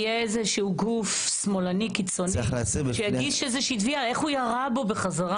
יהיה איזשהו גוף שמאלני קיצוני שיגיד איך הוא ירה בו בחזרה.